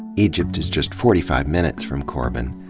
egypt is just forty five minutes from corbin.